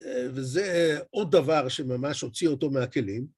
וזה עוד דבר שממש הוציא אותו מהכלים.